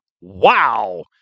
Wow